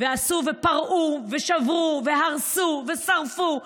ועשו ופרעו ושברו והרסו ושרפו.